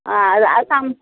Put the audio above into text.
ହଁ ଆ ଆଉ ସାମ୍ବ